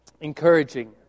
encouraging